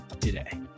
today